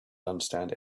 understand